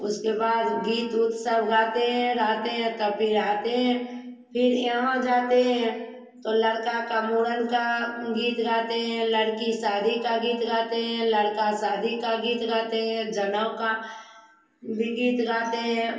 उसके बाद गीत ऊत सब गाते हैं रहते हैं तब फिर आते हैं फिर यहाँ जाते हैं तो लड़का का मूड़न का गीत गाते हैं लड़की शादी का गीत गाते हैं लड़का शादी का गीत गाते हैं जनौ का भी गीत गाते हैं